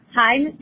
Hi